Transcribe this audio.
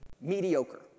mediocre